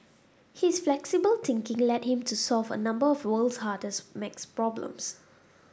his flexible thinking led him to solve a number of the world's hardest maths problems